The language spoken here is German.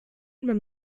man